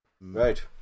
Right